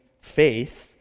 faith